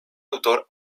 autor